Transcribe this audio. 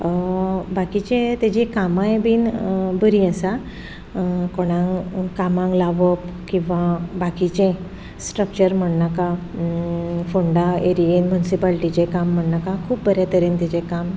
बाकीचे ताजी कामाय बीन बरीं आसा कोणांक कामांक लावप किंवां बाकीचें स्टक्चर म्हण्णाका फोंडा एरियेनूच म्युनसिपाल्टीचें काम म्हण्णाका खूब बरें तरेन ताजें काम